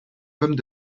pommes